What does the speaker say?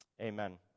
amen